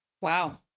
Wow